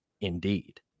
Indeed